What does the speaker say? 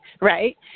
Right